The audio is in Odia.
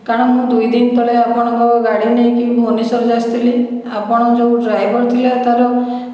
କାରଣ ମୁଁ ଦୁଇ ଦିନ ତଳେ ଆପଣଙ୍କ ଗାଡ଼ି ନେଇକି ଭୁବନେଶ୍ଵର ଯେଉଁ ଆସିଥିଲି ଆପଣ ଯେଉଁ ଡ୍ରାଇଭର ଥିଲା ତା'ର